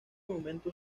momento